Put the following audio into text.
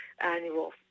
annual